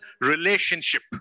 relationship